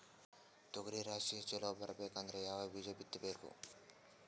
ತೊಗರಿ ರಾಶಿ ಚಲೋ ಬರಬೇಕಂದ್ರ ಯಾವ ಬೀಜ ಬಿತ್ತಬೇಕು?